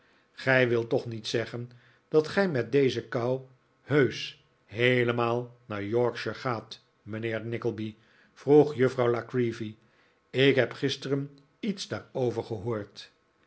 gij wilt toch niet zeggen dat gij met deze kou heusch heelemaal naar yorkshire gaat mijnheer nickleby vroeg juffrouw la creevy ik heb gisteren iets daarover gehoord